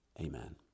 Amen